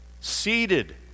seated